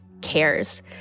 cares